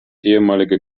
ehemalige